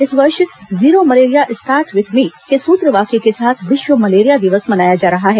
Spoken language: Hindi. इस वर्ष zero malaria start with me के सूत्र वाक्य के साथ विश्व मलेरिया दिवस मनाया जा रहा है